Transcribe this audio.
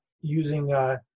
using